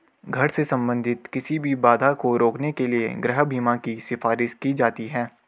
घर से संबंधित किसी भी बाधा को रोकने के लिए गृह बीमा की सिफारिश की जाती हैं